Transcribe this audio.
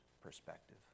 perspective